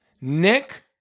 Nick